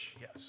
yes